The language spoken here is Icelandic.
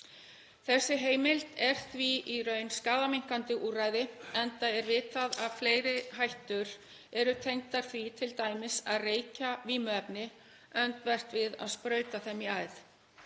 Þessi heimild er því í raun skaðaminnkandi úrræði enda er vitað að fleiri hættur eru tengdar því t.d. að reykja vímuefni öndvert við að sprauta þeim í æð.